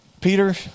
Peter